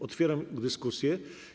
Otwieram dyskusję.